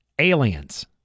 Aliens